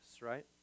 right